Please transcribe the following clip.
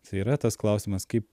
tai yra tas klausimas kaip